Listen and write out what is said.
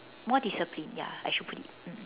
more disciplined ya I should put it mm